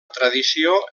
tradició